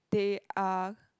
they are